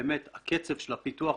באמת הקצב של הפיתוח,